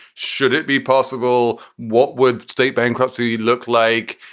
should it be possible? what would state bankruptcy look like?